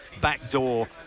backdoor